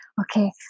okay